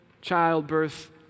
childbirth